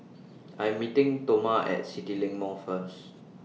I Am meeting Toma At CityLink Mall First